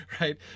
right